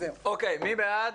מי בעד?